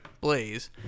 Blaze